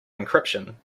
encryption